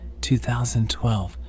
2012